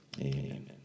amen